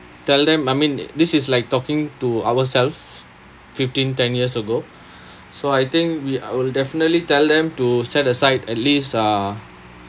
tell them I mean this is like talking to ourselves fifteen ten years ago so I think we I will definitely tell them to set aside at least uh